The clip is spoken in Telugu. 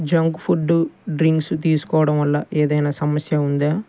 జంక్ ఫుడ్ డ్రింక్స్ తీసుకోవడం వల్ల ఏదైనా సమస్య ఉందా